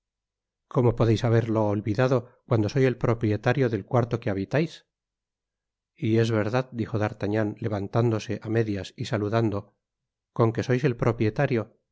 cómo podeis haberlo olvidado cuando soy el propietario del cuarto pie habitais y es verdad dijo d'artagnan levantándose á medias y saludando ion que sois el propietario